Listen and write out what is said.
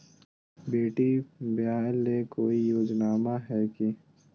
बेटी ब्याह ले कोई योजनमा हय की?